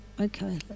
okay